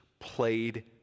played